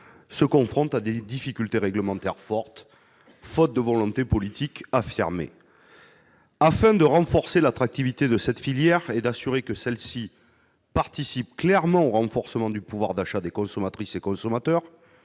fait face à des difficultés réglementaires fortes, faute de volonté politique affirmée. Afin de renforcer son attractivité et de s'assurer qu'elle participe clairement au renforcement du pouvoir d'achat des consommatrices et des consommateurs,